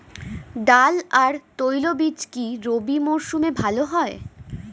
ডাল আর তৈলবীজ কি রবি মরশুমে ভালো হয়?